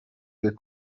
the